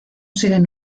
siguen